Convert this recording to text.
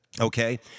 okay